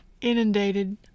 inundated